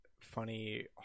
funny